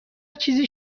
چیزی